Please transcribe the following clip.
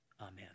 Amen